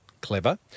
Clever